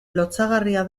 lotsagarria